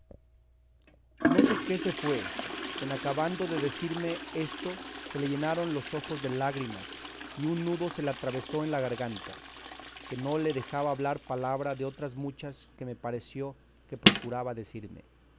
no sé qué se fue que en acabando de decirme esto se le llenaron los ojos de lágrimas y un nudo se le atravesó en la garganta que no le dejaba hablar palabra de otras muchas que me pareció que procuraba decirme